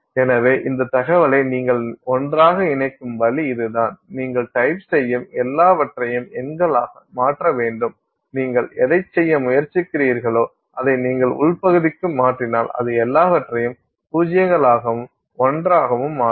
எனவே இந்த தகவலை நீங்கள் ஒன்றாக இணைக்கும் வழி இதுதான் நீங்கள் டைப் செய்யும் எல்லாவற்றையும் எண்களாக மாற்ற வேண்டும் நீங்கள் எதைச் செய்ய முயற்சிக்கிறீர்களோ அதை நீங்கள் உள் பகுதிக்கு மாற்றினால் அது எல்லாவற்றையும் பூஜ்ஜியங்கள் ஆகவும் ஒன்றாகவும் மாற்றும்